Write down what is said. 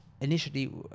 Initially